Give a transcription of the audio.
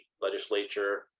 legislature